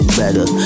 better